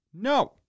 No